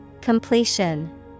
Completion